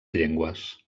llengües